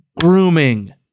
grooming